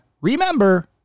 remember